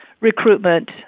recruitment